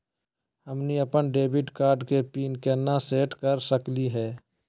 हमनी अपन debit card के पीन केना सेट कर सकली हे?